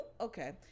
okay